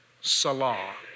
Salah